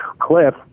Cliff